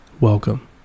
Welcome